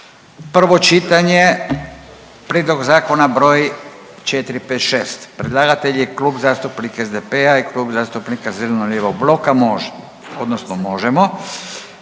Prvo čitanje, prijedlog zakona br. 456.. Predlagatelj je Klub zastupnika SDP-a i Klub zastupnika zeleno-lijevog bloka, može odnosno možemo,